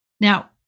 Now